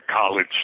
college